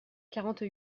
quarante